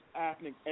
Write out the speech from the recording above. ethnic